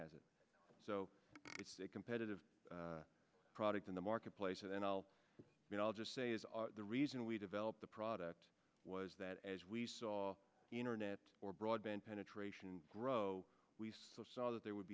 has it so it's a competitive product in the marketplace and i'll i'll just say is the reason we developed the product was that as we saw the internet or broadband penetration grow we saw that there would